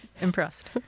impressed